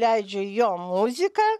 leidžiu jo muziką